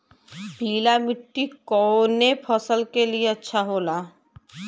पीला मिट्टी कोने फसल के लिए अच्छा होखे ला?